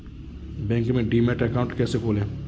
Bank में demat account कैसे खोलें?